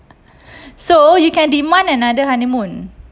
so you can demand another honeymoon